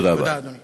תודה, אדוני.